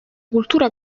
cultura